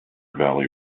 valley